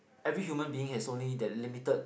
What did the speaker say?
every human being has only that limited